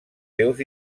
seus